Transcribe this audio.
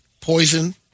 Poison